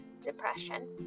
depression